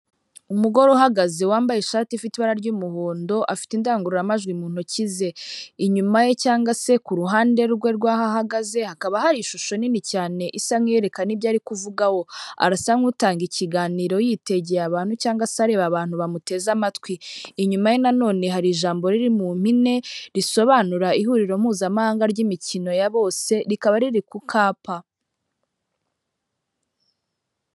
Umugore uhagaze wambaye ishati ifite ibara ry'umuhondo afite indangururamajwi mu ntoki ze, inyuma ye cyangwa se ku ruhande rwe rw'aho ahagaze hakaba hari ishusho nini cyane isa n'iyerekana ibyo ari kuvugaho, arasa nk'utanga ikiganiro yitegeye abantu cyangwa se areba abantu bamuteze amatwi, inyuma ye nanone hari ijambo riri mu mpine, risobanura ihuriro mpuzamahanga ry'imikino ya bose rikaba riri kukapa.